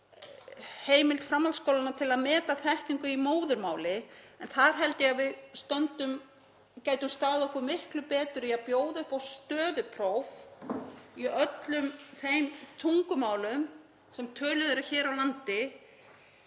heimild framhaldsskólanna til að meta þekkingu í móðurmáli. Þar held ég að við gætum staðið okkur miklu betur í að bjóða upp á stöðupróf í öllum þeim tungumálum sem töluð eru hér á landi.